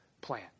plan